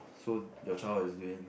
so your child is doing